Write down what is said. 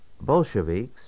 Bolsheviks